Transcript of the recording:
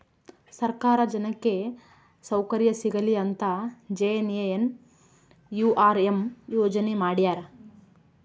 ಸರ್ಕಾರ ಜನಕ್ಕೆ ಸೌಕರ್ಯ ಸಿಗಲಿ ಅಂತ ಜೆ.ಎನ್.ಎನ್.ಯು.ಆರ್.ಎಂ ಯೋಜನೆ ಮಾಡ್ಯಾರ